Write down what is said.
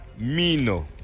Mino